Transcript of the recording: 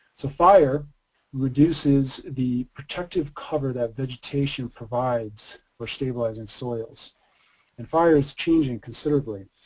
so fire reduces the protective cover that vegetation provides for stabilizing soils and fires changing considerably.